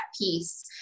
piece